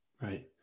Right